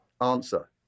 Answer